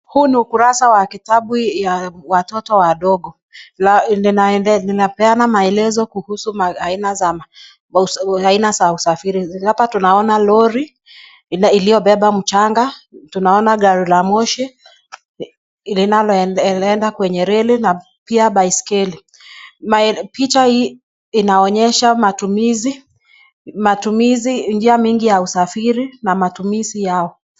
Huu ni ukurasa wa kitabu ya watoto wadogo. Linapeana maelezo kuhusu aina za, aina za usafiri. Hapa tunaona lori lililobeba mchanga, tunaona gari la moshi linaloenda kwenye reli, na pia baiskeli. Picha hii inaonyesha matumizi, matumizi, njia mingi ya usafiri na matumizi yao.